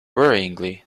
worryingly